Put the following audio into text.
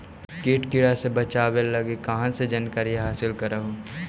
किट किड़ा से बचाब लगी कहा जानकारीया हासिल कर हू?